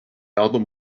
album